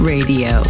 Radio